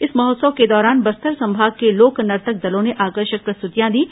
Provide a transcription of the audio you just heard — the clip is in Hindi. इस महोत्सव के दौरान बस्तर संभाग के लोक नर्तक दलों ने आकर्षक प्रस्तुतियां दीं